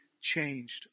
changed